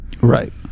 Right